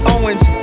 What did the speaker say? Owens